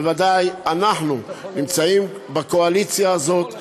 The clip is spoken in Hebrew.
בוודאי אנחנו נמצאים בקואליציה הזאת,